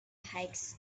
hikes